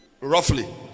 Roughly